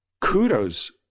kudos